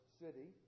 city